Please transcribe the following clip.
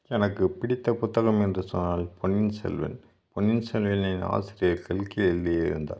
எனக்குப் பிடித்த புத்தகம் என்று சொன்னால் பொன்னியின் செல்வன் பொன்னியின் செல்வனின் ஆசிரியர் கல்கி எழுதிருந்தார்